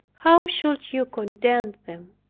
how should you content them,